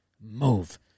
move